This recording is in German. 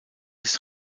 ist